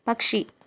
പക്ഷി